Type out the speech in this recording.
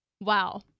Wow